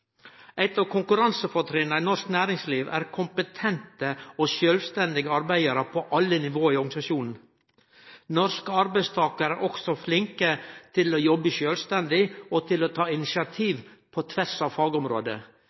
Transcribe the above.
Eit av konkurransefortrinna i norsk næringsliv er kompetente og sjølvstendige arbeidarar på alle nivå i organisasjonen. Norske arbeidstakarar er òg flinke til å jobbe sjølvstendig og til å ta initiativ på tvers av